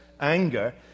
anger